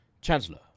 Chancellor